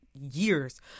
years